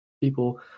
people